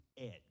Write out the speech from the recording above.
edge